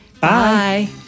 Bye